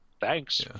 Thanks